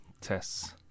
tests